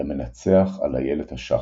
"למנצח, על-אילת השחר",